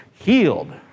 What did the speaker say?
healed